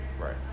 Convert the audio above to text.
Right